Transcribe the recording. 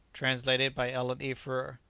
translated by ellen e. frewer